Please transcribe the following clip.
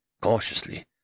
Cautiously